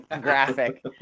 graphic